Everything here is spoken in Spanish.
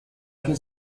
que